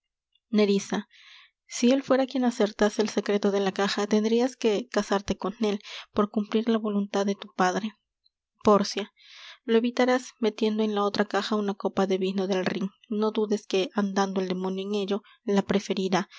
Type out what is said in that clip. si él fuera quien acertase el secreto de la caja tendrias que casarte con él por cumplir la voluntad de tu padre pórcia lo evitarás metiendo en la otra caja una copa de vino del rhin no dudes que andando el demonio en ello la preferirá